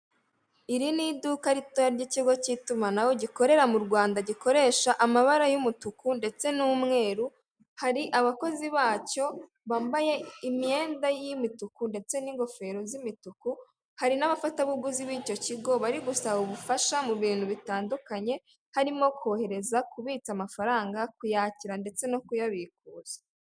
Iri ni iduka ritoya ry'ikigo cy'itumanaho gikorera mu Rwanda gikoresha amabara y'umutuku ndetse n'umweru, hari abakozi bacyo bambaye imyenda y'imituku ndetse n'ingofero z'imituku, hari n'abafatabuguzi b'icyo kigo bari gusaba ubufasha mu bintu bitandukanye harimo kohereza, kubitsa amafaranga, kuyakira ndetse no kuyabikuza.